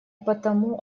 потому